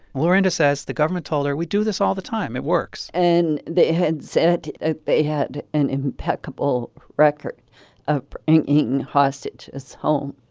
lorinda says the government told her, we do this all the time. it works and they had said ah they had an impeccable record of bringing hostages home.